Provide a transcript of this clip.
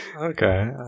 Okay